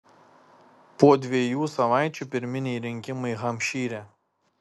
po dviejų savaičių pirminiai rinkimai hampšyre